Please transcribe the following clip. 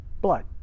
blood